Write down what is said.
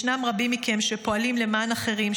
ישנם רבים מכם שפועלים למען אחרים,